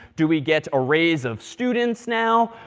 do we get arrays of students now.